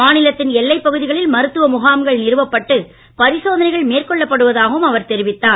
மாநிலத்தின் எல்லைப் பகுதிகளில் மருத்துவ முகாம்கள் நிறுவப்பட்டு பரிசோதைகள் மேற்கொள்ளப்படுவதாகவும் அவர் தெரிவித்தார்